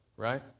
right